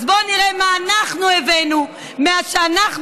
אז בוא נראה מה אנחנו הבאנו מאז שאנחנו